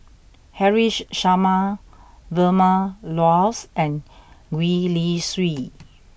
Haresh Sharma Vilma Laus and Gwee Li Sui